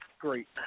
Great